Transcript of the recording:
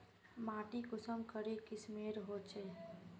माटी कुंसम करे किस्मेर होचए?